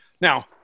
Now